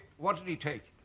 what did he take?